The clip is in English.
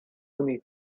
money